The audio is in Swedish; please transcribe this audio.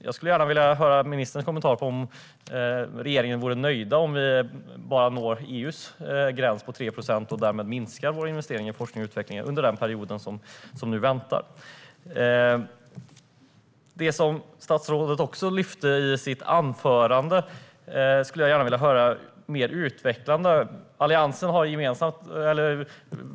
Jag skulle gärna höra ministern kommentera huruvida regeringen skulle vara nöjd om vi bara når EU:s gräns på 3 procent och därmed minskar vår investering i forskning och utveckling under den period som nu väntar. Jag skulle också gärna höra statsrådet utveckla det som hon lyfte upp i sitt anförande.